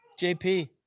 JP